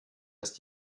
ist